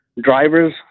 drivers